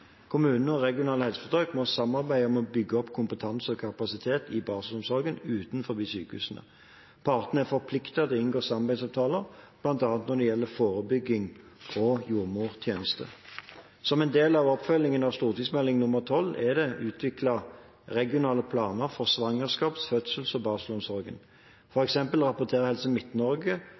og regionale helseforetak må samarbeide om å bygge opp kompetanse og kapasitet i barselomsorgen utenfor sykehus. Partene er forpliktet til å inngå samarbeidsavtaler, bl.a. når det gjelder forebygging og jordmortjenester. Som del av oppfølgingen av St.meld. nr. 12 er det utviklet regionale planer for svangerskaps-, fødsels- og barselomsorg. For eksempel rapporterer Helse